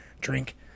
drink